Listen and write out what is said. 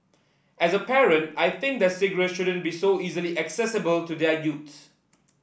as a parent I think that cigarettes shouldn't be so easily accessible to their youths